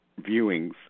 viewings